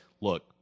Look